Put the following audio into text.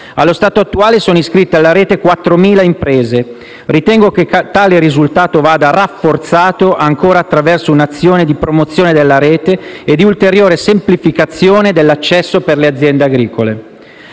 Allo stato attuale, sono iscritte alla Rete 4.000 imprese. Ritengo che tale risultato vada rafforzato ancora attraverso un'azione di promozione della Rete e di ulteriore semplificazione dell'accesso per le aziende agricole